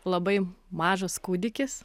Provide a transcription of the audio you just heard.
labai mažas kūdikis